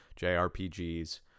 jrpgs